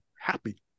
happy